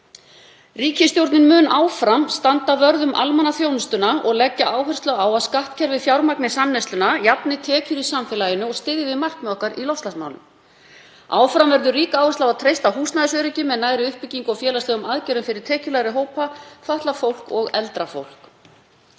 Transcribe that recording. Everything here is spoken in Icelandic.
Ríkisstjórnin mun áfram standa vörð um almannaþjónustuna og leggja áherslu á að skattkerfið fjármagni samneysluna, jafni tekjur í samfélaginu og styðji við markmið okkar í loftslagsmálum. Áfram verður rík áhersla á að treysta húsnæðisöryggi með nægri uppbyggingu og félagslegum aðgerðum fyrir tekjulægri hópa, fatlað fólk og eldra fólk.